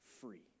free